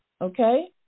Okay